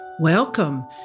Welcome